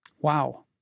Wow